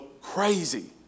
crazy